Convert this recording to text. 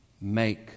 make